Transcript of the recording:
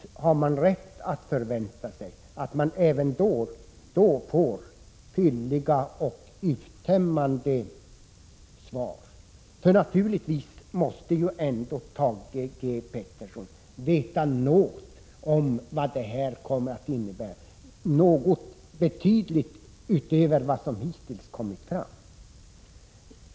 Thage G. Peterson måste naturligtvis veta betydligt mera om vad de beslutade åtgärderna kommer att innebära, utöver vad som hittills kommit fram.